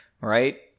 right